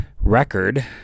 record